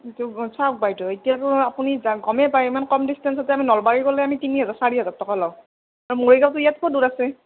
চাওক বাইদ' এতিয়াতো আপুনি জা গমেই পায় ইমান কম ডিষ্টেঞ্চতে আমি নলবাৰী গ'লে আমি তিনি হাজাৰ চাৰি হাজাৰ টকা লওঁ মৰিগাঁওটো ইয়াতকৈ দূৰ আছে